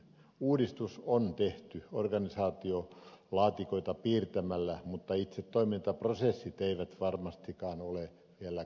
uudistus on tehty organisaatiolaatikoita piirtämällä mutta itse toimintaprosessit eivät varmastikaan ole vielä kunnossa